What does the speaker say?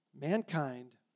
Mankind